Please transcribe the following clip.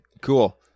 Cool